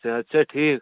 صحت چھا ٹھیٖک